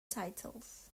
titles